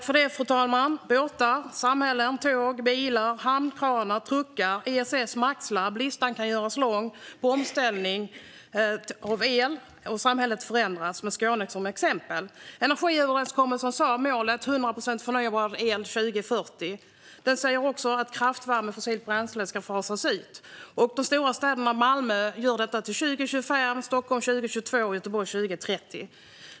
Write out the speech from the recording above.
Fru talman! Båtar, samhällen, tåg, bilar, hamnkranar, truckar, ESS och MAX-labb - listan på omställning av el kan göras lång. Samhället förändras, med Skåne som exempel. Enligt energiöverenskommelsen är målet 100 procent förnybar el till 2040 och att kraftvärme och fossilt bränsle ska fasas ut. De stora städerna gör detta, Malmö till 2025, Stockholm till 2022 och Göteborg till 2030.